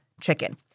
chicken